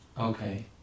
Okay